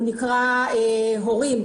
הוא נקרא 'הורים,